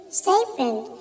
statement